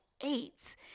eight